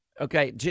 Okay